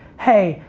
hey,